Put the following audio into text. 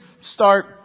start